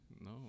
no